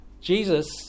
Jesus